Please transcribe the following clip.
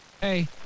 hey